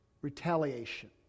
retaliation